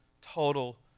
total